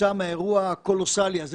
כתוצאה מהאירוע הקולוסאלי הזה,